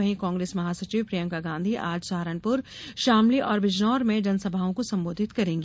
वहीं कांग्रेस महासचिव प्रियंका गांधी आज सहारनपुर शामली और बिजनौर में जनसभाओं को सम्बोधधित करेंगी